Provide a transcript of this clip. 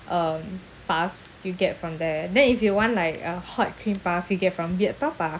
um puffs you get from there then if you want like a hot cream puff you get from Beard Papa